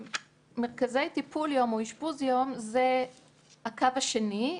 מרכזי טיפול יום או אשפוז יום זה קו הטיפול השני.